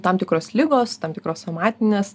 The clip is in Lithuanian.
tam tikros ligos tam tikros somatinės